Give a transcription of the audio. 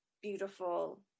beautiful